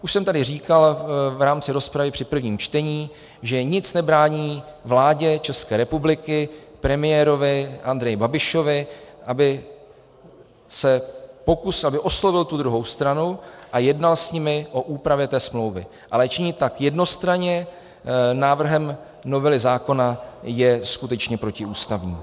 Už jsem tady říkal v rámci rozpravy při prvním čtení, že nic nebrání vládě České republiky, premiérovi Andreji Babišovi, aby oslovil tu druhou stranu a jednal s nimi o úpravě té smlouvy, ale činit tak jednostranně návrhem novely zákona je skutečně protiústavní.